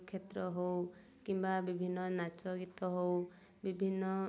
କ୍ଷେତ୍ର ହଉ କିମ୍ବା ବିଭିନ୍ନ ନାଚ ଗୀତ ହଉ ବିଭିନ୍ନ